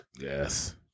Yes